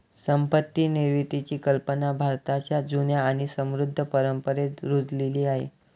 संपत्ती निर्मितीची कल्पना भारताच्या जुन्या आणि समृद्ध परंपरेत रुजलेली आहे